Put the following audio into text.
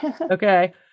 Okay